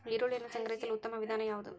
ಈರುಳ್ಳಿಯನ್ನು ಸಂಗ್ರಹಿಸಲು ಉತ್ತಮ ವಿಧಾನ ಯಾವುದು?